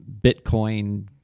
Bitcoin